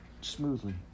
smoothly